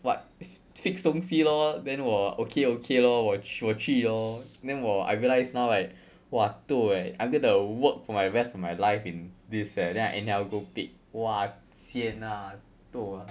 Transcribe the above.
what fix 东西 lor then 我 okay okay lor 我我去 lor then 我 I realised now right like !wah! toh eh I'm gonna work for my rest of my life in this eh then I anyhow go pick !wah! sian ah toh ah